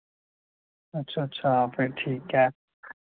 अच्छा अच्छा फिर ठीक ऐ